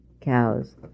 cows